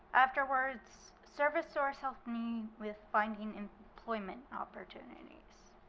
afterwards, servicesource helped me with finding employment opportunities.